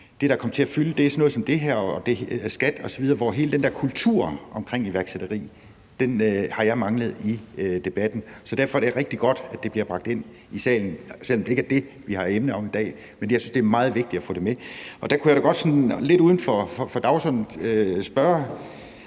det, der er kommet til at fylde, er sådan noget som skat osv., og hele den der kultur omkring iværksætteri har jeg manglet i debatten. Derfor er det rigtig godt, at det bliver bragt ind i salen, selv om det ikke er det, vi har som emne i dag. Jeg synes, det er meget vigtigt at få det med. Der kunne jeg da godt sådan lidt uden for dagsordenen